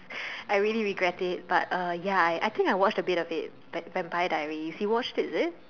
I really regret it but uh ya I I think I watched a bit of it Vam~ Vampire Diaries you watched it is it